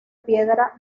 piedra